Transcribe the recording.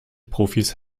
profis